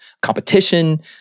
competition